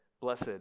blessed